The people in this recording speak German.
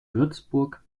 würzburg